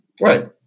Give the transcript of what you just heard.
Right